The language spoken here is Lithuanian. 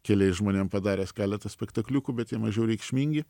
keliais žmonėm padaręs keletą spektakliukų bet jie mažiau reikšmingi